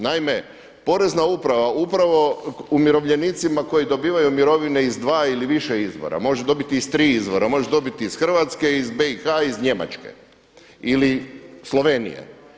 Naime, porezna uprava upravo umirovljenicima koji dobivaju mirovine iz 2 ili više izvora, može dobiti i iz tri izvora, može dobiti i iz Hrvatske, iz BiH ili Njemačke, ili Slovenije.